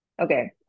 Okay